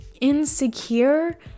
insecure